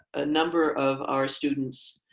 a number of our students